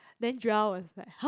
then Joel was like !huh!